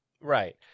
Right